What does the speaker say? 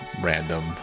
random